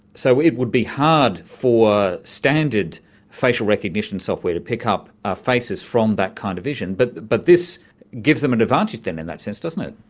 so it would be hard for standard facial recognition software to pick up ah faces from that kind of vision, but but this gives them an advantage then in that sense, doesn't it.